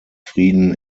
frieden